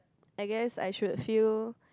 I guess I should feel